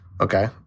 Okay